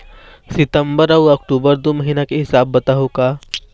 सितंबर अऊ अक्टूबर दू महीना के हिसाब बताहुं का?